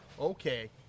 okay